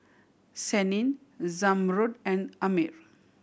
Senin Zamrud and Ammir